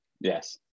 Yes